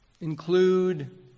Include